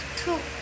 two